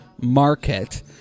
Market